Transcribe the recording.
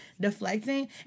deflecting